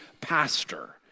Pastor